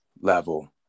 level